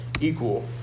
equal